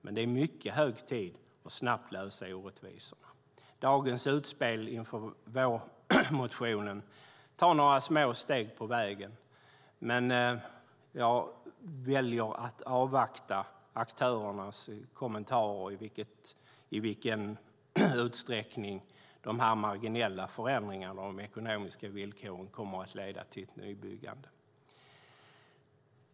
Men nu är det mycket hög tid att snabbt lösa orättvisorna. Dagens utspel inför vårpropositionen tar några små steg på vägen, men jag väljer att avvakta aktörernas kommentarer om i vilken utsträckning de marginella förändringarna i de ekonomiska villkoren kommer att leda till nybyggande.